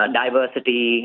diversity